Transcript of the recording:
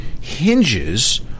hinges